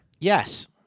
Yes